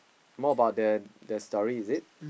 more about the the story is it